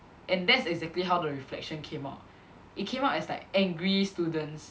and that's exactly how the reflection came out it came out as like angry students